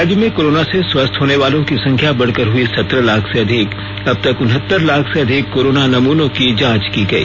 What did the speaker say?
राज्य में कोरोना से स्वस्थ्य होने वालो की संख्या बढ़कर हुई सत्रह लाख से अधिक अब तक उनहत्तर लाख से अधिक कोरोना नमूनों की जांच की गई